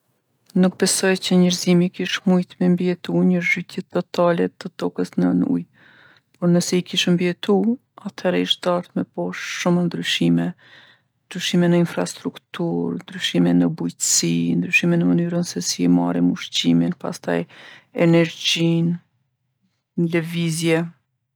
Nuk besoj që njerzimi kish mujt me mbijetu nji zhytje totale të tokës nën ujë. Po nëse i kish mbijetu, athere ish dashtë me bo shumë ndryshime, ndryshime në infrastrukturë, ndryshime në buqsi, ndryshime në mënyrën se si i marrim ushqimin, pastaj energjinë, n'lëvizje.